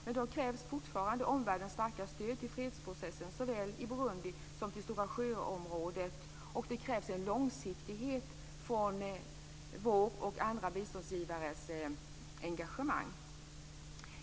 Men då krävs omvärldens stöd till fredsprocessen såväl i Burundi som i storasjöområdet, och det krävs en långsiktighet i vårt och andra biståndsgivares engagemang.